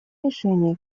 решение